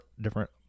different